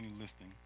listing